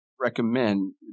recommend